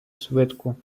свитку